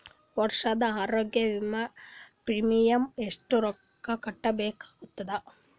ವರ್ಷದ ಆರೋಗ್ಯ ವಿಮಾ ಪ್ರೀಮಿಯಂ ಎಷ್ಟ ರೊಕ್ಕ ಕಟ್ಟಬೇಕಾಗತದ?